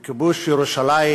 בכיבוש ירושלים